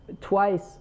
twice